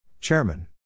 Chairman